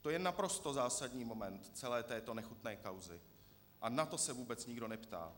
To je naprosto zásadní moment celé této nechutné kauzy a na to se vůbec nikdo neptá.